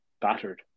battered